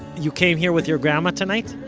you came here with your grandma tonight?